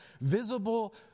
visible